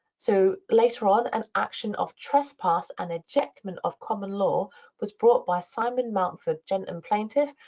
so later on, an action of trespass and ejectment of common law was brought by simon montfort, gent and plaintiff,